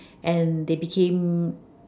and they became